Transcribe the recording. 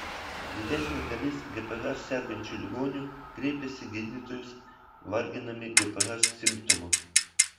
didesnė dalis gph sergančių ligonių kreipiasi į gydytojus varginami gph simptomų